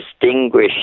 distinguish